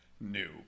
new